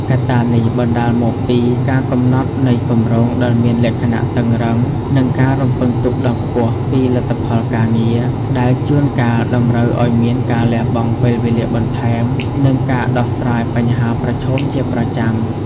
កត្ដានេះបណ្ដាលមកពី ការកំណត់នៃគម្រោងដែលមានលក្ខណៈតឹងរ៉ឹង និង ការរំពឹងទុកដ៏ខ្ពស់ ពីលទ្ធផលការងារ ដែលជួនកាលតម្រូវឱ្យមានការលះបង់ពេលវេលាបន្ថែម និងការដោះស្រាយបញ្ហាប្រឈមជាប្រចាំ។